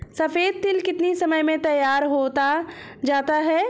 सफेद तिल कितनी समय में तैयार होता जाता है?